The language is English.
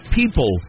people